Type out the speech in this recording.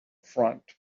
front